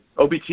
OBT